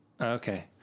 Okay